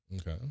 Okay